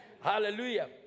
hallelujah